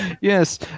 Yes